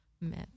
myth